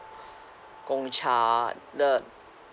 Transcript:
gong cha the